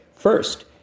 First